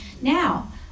Now